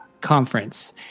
conference